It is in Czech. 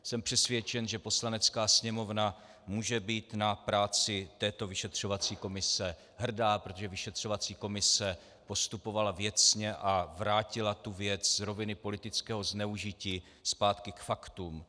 Jsem přesvědčen, že Poslanecká sněmovna může být na práci této vyšetřovací komise hrdá, protože vyšetřovací komise postupovala věcně a vrátila tu věc z roviny politického zneužití zpátky k faktům.